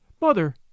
Mother